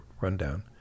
rundown